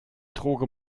droge